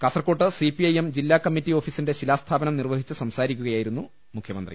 കാസർക്കോട്ട് സിപിഐഎം ജില്ലാ കമ്മിറ്റി ഓഫീസിന്റെ ശിലാ സ്ഥാപനം നിർവഹിച്ച് സംസാരിക്കുകയായിരുന്നു അദ്ദേഹം